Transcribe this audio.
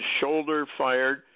shoulder-fired